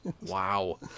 Wow